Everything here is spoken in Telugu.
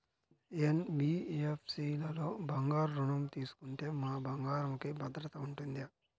ఎన్.బీ.ఎఫ్.సి లలో బంగారు ఋణం తీసుకుంటే మా బంగారంకి భద్రత ఉంటుందా?